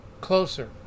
closer